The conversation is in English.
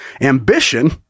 Ambition